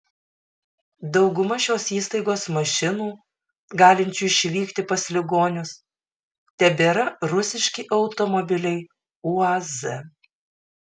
dauguma šios įstaigos mašinų galinčių išvykti pas ligonius tebėra rusiški automobiliai uaz